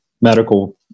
medical